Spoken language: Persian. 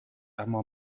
اما